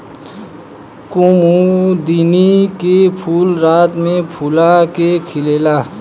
कुमुदिनी के फूल रात में फूला के खिलेला